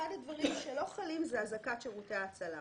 אחד הדברים שלא חלים, זה הזעקת שירותי הצלה.